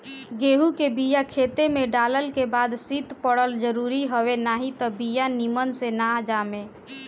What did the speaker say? गेंहू के बिया खेते में डालल के बाद शीत पड़ल जरुरी हवे नाही त बिया निमन से ना जामे